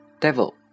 Devil